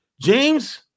James